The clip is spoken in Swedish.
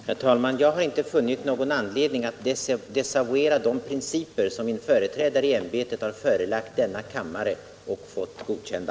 Herr talman! Jag har inte funnit någon anledning att desavouera de principer som min företrädare i ämbetet har förelagt denna kammare och fått godkända.